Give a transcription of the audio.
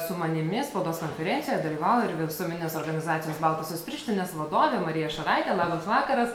su manimi spaudos konferencijoje dalyvauja ir visuomeninės organizacijos baltosios pirštinės vadovė marija šaraitė labas vakaras